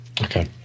Okay